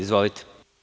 Izvolite.